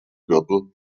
gürtel